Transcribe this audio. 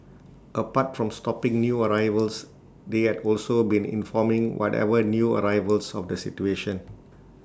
apart from stopping new arrivals they had also been informing whatever new arrivals of the situation